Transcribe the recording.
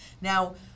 Now